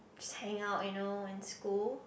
just hang out you know in school